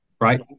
right